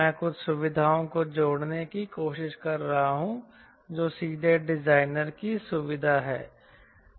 मैं कुछ सुविधाओं को जोड़ने की कोशिश कर रहा हूं जो सीधे डिजाइनर की सुविधा हैं